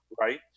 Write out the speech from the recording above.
right